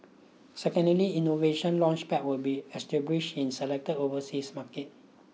secondly Innovation Launchpads will be established in selected overseas markets